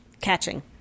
Catching